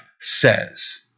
says